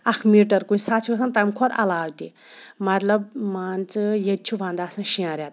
اکھ میٖٹَر کُنہٕ ساتہٕ چھُ گَژھان تمہِ کھۄتہٕ عَلاو تہِ مَطلَب مان ژٕ ییٚتہِ چھُ وَنٛدٕ آسان شیٚن ریٚتَن